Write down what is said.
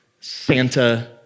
Santa